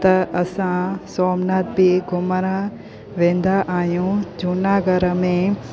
त असां सोमनाथ बि घुमणु वेंदा आहियूं जूनागढ़ में